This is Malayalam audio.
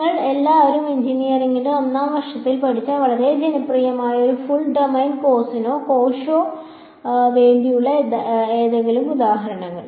നിങ്ങൾ എല്ലാവരും എഞ്ചിനീയറിംഗിന്റെ ഒന്നാം വർഷത്തിൽ പഠിച്ച വളരെ ജനപ്രിയമായ ഒരു ഫുൾ ഡൊമെയ്ൻ കോസിനോ കോഷോ വേണ്ടിയുള്ള എന്തെങ്കിലും ഊഹങ്ങൾ